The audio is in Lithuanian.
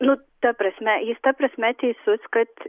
nu ta prasme jis ta prasme teisus kad